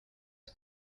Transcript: few